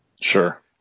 Sure